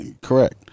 Correct